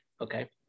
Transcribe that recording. Okay